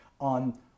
on